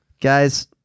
Guys